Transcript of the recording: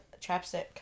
chapstick